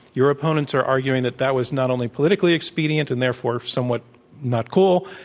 your opponents are arguing that, that was not only politically expedient and, therefore, somewhat not co ol,